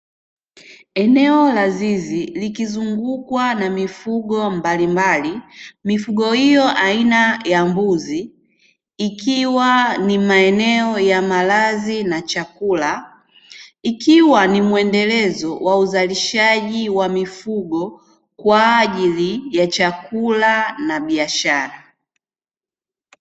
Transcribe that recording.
Eneo la zizi likizungukwa na mifugo mbalimbali, mifugo hiyo aina ya mbuzi, ikiwa ni maeneo ya malazi na chakula ikiwa ni mwendelezo wa uzalishaji wa mifugo kwa ajili ya chakula na biashara.